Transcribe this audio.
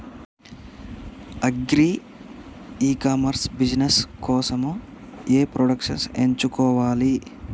Agri e commerce business కోసము ఏ products ఎంచుకోవాలి?